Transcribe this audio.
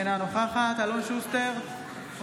אינה נוכחת אלון שוסטר,